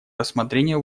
рассмотрения